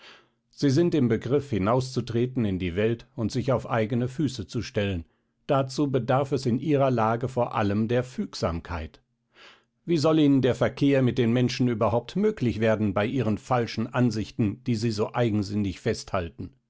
sie sind im begriff hinauszutreten in die welt und sich auf eigene füße zu stellen dazu bedarf es in ihrer lage vor allem der fügsamkeit wie soll ihnen der verkehr mit den menschen überhaupt möglich werden bei ihren falschen ansichten die sie so eigensinnig festhalten